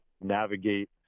navigate